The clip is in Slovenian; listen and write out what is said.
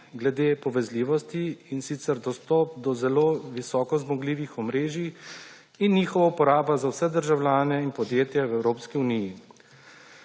glede povezljivosti, in sicer dostop do zelo visokozmogljivih omrežij in njihova uporaba za vse državljane in podjetja v Evropski uniji.